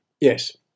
yes